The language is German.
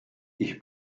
ich